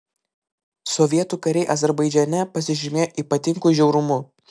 sovietų kariai azerbaidžane pasižymėjo ypatingu žiaurumu